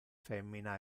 femmina